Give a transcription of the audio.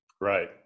Right